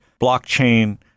blockchain